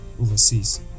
overseas